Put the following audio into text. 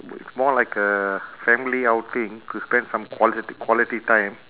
w~ more like a family outing to spend some quality quality time